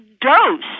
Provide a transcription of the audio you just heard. dose